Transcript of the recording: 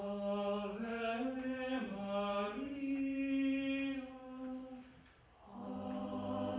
oh oh oh